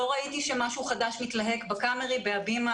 לא ראיתי שמשהו חדש מתלהק ב"קאמרי",